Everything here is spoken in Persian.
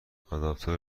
آداپتور